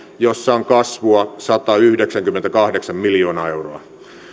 jossa on kasvua satayhdeksänkymmentäkahdeksan miljoonaa euroa